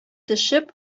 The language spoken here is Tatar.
төшеп